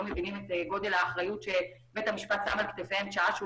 מבינים את גודל האחריות שבית המשפט שם על כתפיהם שעה שהוא